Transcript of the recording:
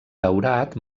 daurat